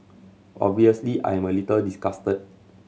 obviously I am a little disgusted